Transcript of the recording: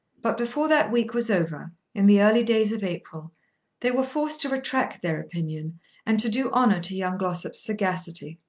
but before that week was over in the early days of april they were forced to retract their opinion and to do honour to young glossop's sagacity.